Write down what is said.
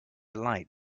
light